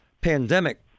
pandemic